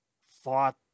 fought